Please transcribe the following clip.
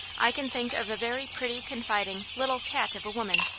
i can think of a very pretty, confiding, little cat of a woman,